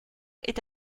est